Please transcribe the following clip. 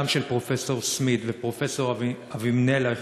גם של פרופסור סמיט ופרופסור אבנימלך